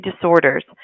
disorders